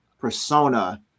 persona